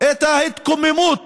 ואת ההתקוממות